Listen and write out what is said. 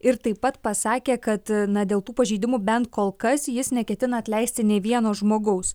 ir taip pat pasakė kad na dėl tų pažeidimų bent kol kas jis neketina atleisti nei vieno žmogaus